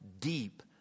deep